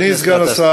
אדוני סגן השר,